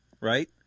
right